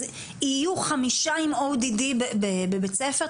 אז יהיו חמישה עם ODD בבית ספר,